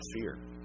fear